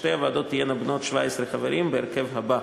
שתי הוועדות תהיינה בנות 17 חברים, בהרכב הבא,